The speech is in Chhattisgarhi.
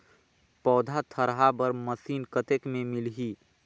पौधा थरहा बर मशीन कतेक मे मिलही?